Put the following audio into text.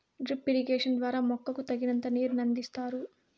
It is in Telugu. డ్రిప్ ఇరిగేషన్ ద్వారా మొక్కకు తగినంత నీరును అందిస్తారు